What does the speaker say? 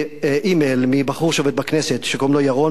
אימייל מבחור שעובד בכנסת שקוראים לו ירון,